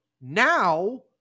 now